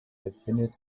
befindet